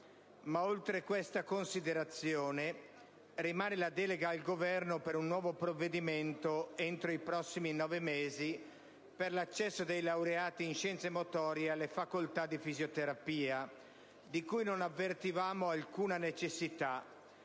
Ma oltre questa considerazione rimane la delega al Governo per un nuovo provvedimento, entro i prossimi nove mesi, per l'accesso dei laureati in scienze motorie alle facoltà di fisioterapia, di cui non avvertivamo alcuna necessità,